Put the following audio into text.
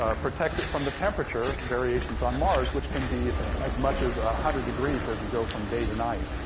ah protects it from the temperature variations on mars, which can be as much as one ah hundred degrees as we go from day to night,